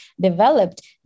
developed